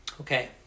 Okay